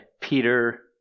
Peter